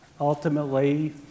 ultimately